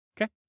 Okay